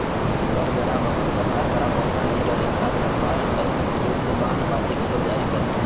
बर बेरा बखत सरकार करा पइसा नई रहय ता सरकार ह युद्ध बांड पाती घलोक जारी करथे